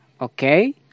Okay